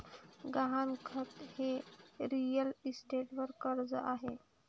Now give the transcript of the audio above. गहाणखत हे रिअल इस्टेटवर कर्ज आहे